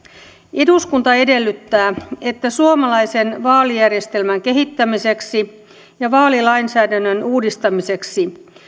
eduskunta edellyttää että suomalaisen vaalijärjestelmän kehittämiseksi ja vaalilainsäädännön uudistamiseksi